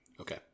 Okay